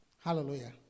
Hallelujah